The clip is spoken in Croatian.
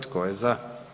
Tko je za?